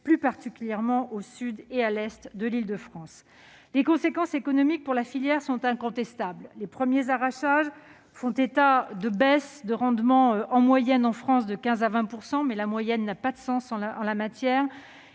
plus particulièrement au sud et à l'est de l'Île-de-France. Les conséquences économiques pour la filière sont incontestables. Les premiers arrachages font état de baisses de rendement en moyenne en France de 15 % à 20 %- mais la moyenne n'a pas de sens en la matière